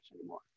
anymore